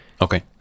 Okay